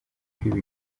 kwiba